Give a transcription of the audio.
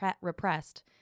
repressed